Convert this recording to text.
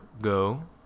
go